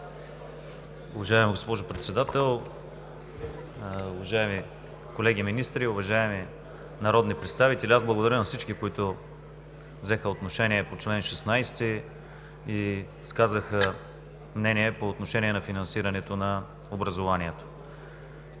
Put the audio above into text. Уважаема госпожо Председател, уважаеми колеги министри, уважаеми народни представители! Аз благодаря на всички, които взеха отношение по чл. 16 и изказаха мнение по отношение на финансирането на образованието.